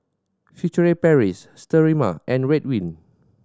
Furtere Paris Sterimar and Ridwind